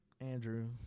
Andrew